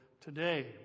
today